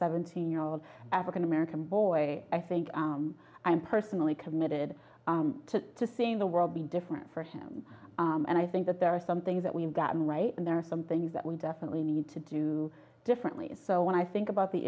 seventeen year old african american boy i think i'm personally committed to seeing the world be different for him and i think that there are some things that we have gotten right and there are some things that we definitely need to do differently so when i think about the